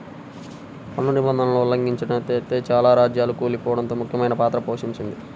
పన్ను నిబంధనలను ఉల్లంఘిచడమనేదే చాలా రాజ్యాలు కూలిపోడంలో ముఖ్యమైన పాత్ర పోషించింది